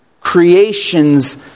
Creation's